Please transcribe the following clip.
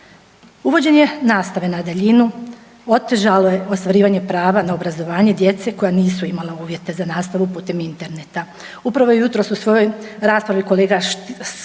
Uvođenje nastave na daljinu otežalo je ostvarivanje prava na obrazovanje djece koja nisu imala uvjete za nastavu putem Interneta. Upravo jutros u svojoj raspravi kolega Stier